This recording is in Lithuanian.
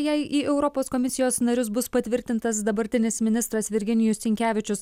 jei į europos komisijos narius bus patvirtintas dabartinis ministras virginijus sinkevičius